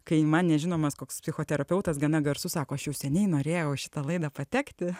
kai man nežinomas koks psichoterapeutas gana garsus sako aš jau seniai norėjau į šitą laidą patekti